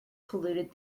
polluted